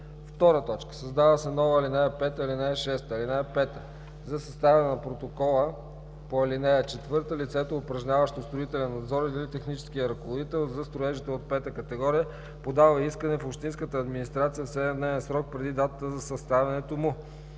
проектанта.“ 2. Създават се нова ал. 5 и ал. 6: „(5) За съставяне на протокола по ал. 4 лицето, упражняващо строителен надзор, или техническият ръководител – за строежите от пета категория, подава искане в общинската администрация в 7-дневен срок преди датата за съставянето му.